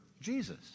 Jesus